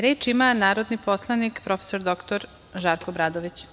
Reč ima narodni poslanik prof. dr Žarko Obradović.